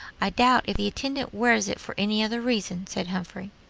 i doubt if the intendant wears it for any other reason, said humphrey.